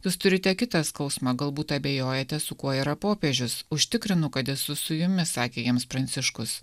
jūs turite kitą skausmą galbūt abejojate su kuo yra popiežius užtikrinu kad esu su jumis sakė jiems pranciškus